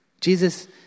Jesus